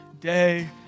day